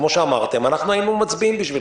כמו שאמרתם, אנחנו היינו מצביעים בשבילכם,